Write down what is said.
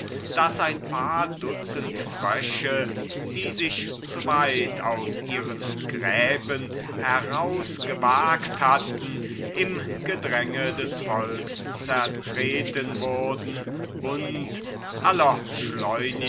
daß ein paar dutzend frösche die sich zu weit aus ihren gräben herausgewagt hatten im gedränge des volks zertreten wurden und